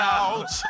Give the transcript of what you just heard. out